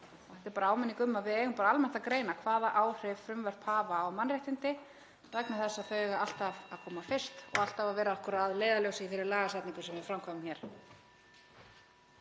Þetta er bara áminning um að við eigum almennt að greina hvaða áhrif frumvörp hafa á mannréttindi vegna þess að þau eiga alltaf að koma fyrst og alltaf að vera okkur að leiðarljósi í þeirri lagasetningu sem við framkvæmum hér.